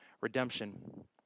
redemption